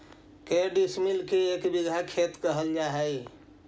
के डिसमिल के एक बिघा खेत कहल जा है?